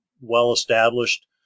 well-established